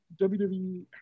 WWE